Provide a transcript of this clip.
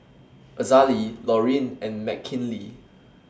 Azalee Loreen and Mckinley